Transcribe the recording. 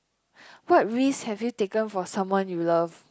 what risks have you taken for someone you love